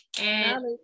And-